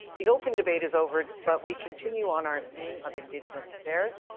the open debate is over, but we continue on our theme of indigenous affairs.